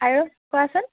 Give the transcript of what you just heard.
আৰু কোৱাচোন